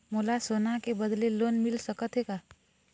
मोला सोना के बदले लोन मिल सकथे का?